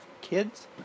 kids